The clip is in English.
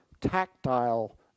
tactile